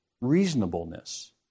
reasonableness